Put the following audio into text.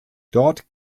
dort